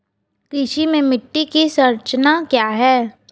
कृषि में मिट्टी की संरचना क्या है?